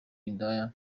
indaya